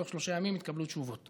בתוך שלושה ימים יתקבלו תשובות.